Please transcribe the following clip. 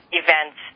events